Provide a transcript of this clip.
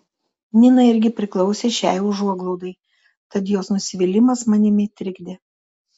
nina irgi priklausė šiai užuoglaudai tad jos nusivylimas manimi trikdė